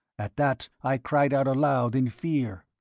at that i cried out aloud in fear.